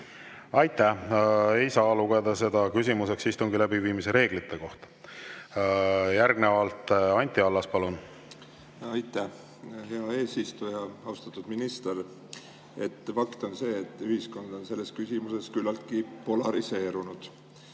Aitäh! Ei saa lugeda seda küsimuseks istungi läbiviimise reeglite kohta. Järgnevalt Anti Allas, palun! Aitäh, hea eesistuja! Austatud minister! Fakt on see, et ühiskond on selles küsimuses küllaltki polariseerunud.